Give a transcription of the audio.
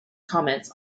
comments